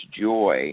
joy